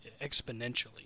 exponentially